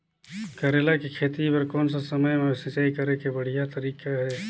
करेला के खेती बार कोन सा समय मां सिंचाई करे के बढ़िया तारीक हे?